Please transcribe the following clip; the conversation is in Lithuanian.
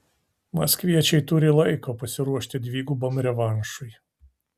maskviečiai turi laiko pasiruošti dvigubam revanšui